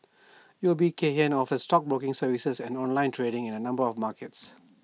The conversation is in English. U O B Kay Hian offers stockbroking services and online trading in A number of markets